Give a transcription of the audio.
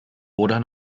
oder